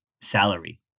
Salary